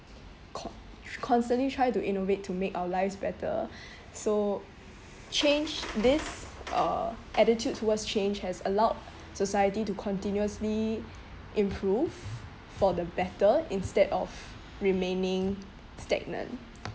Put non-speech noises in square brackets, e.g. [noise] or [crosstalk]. co~ tr~ constantly try to innovate to make our lives better [breath] so change this uh attitude towards change has allowed society to continuously improve for the better instead of remaining stagnant